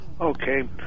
Okay